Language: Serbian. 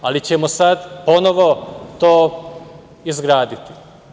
Ali, mi ćemo sada ponovo to izgraditi.